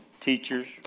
teachers